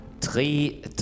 Three